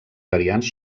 variants